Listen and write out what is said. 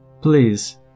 Please